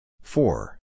Four